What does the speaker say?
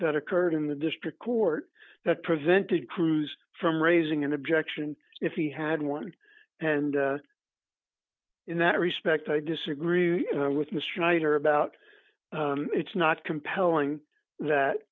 that occurred in the district court that prevented crews from raising an objection if he had one and in that respect i disagree with mr nader about it's not compelling that